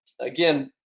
again